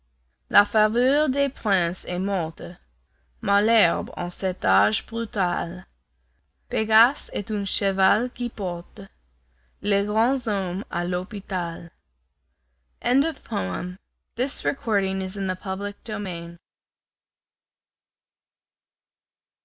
la faveur des princes est morte malherbe en cet âge brutal pégase est un cheval qui porte les grands hommes à l'hôpital